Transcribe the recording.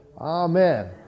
Amen